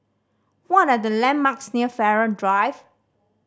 what are the landmarks near Farrer Drive